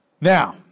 Now